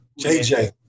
JJ